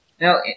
Now